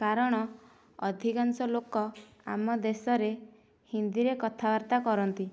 କାରଣ ଅଧିକାଂଶ ଲୋକ ଆମ ଦେଶରେ ହିନ୍ଦୀରେ କଥାବାର୍ତ୍ତା କରନ୍ତି